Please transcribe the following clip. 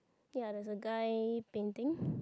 ya there's a guy painting